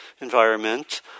environment